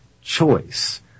choice